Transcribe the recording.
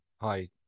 hi